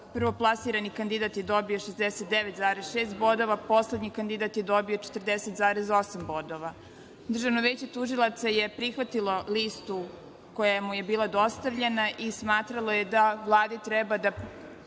Prvoplasirani kandidat je dobio 69,6 bodova, poslednji kandidat je dobio 40,8 bodova. Državno veće tužilaca je prihvatilo listu koja mu je bila dostavljena i smatrala je da Vladi treba da